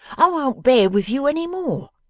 i won't bear with you any more.